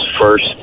first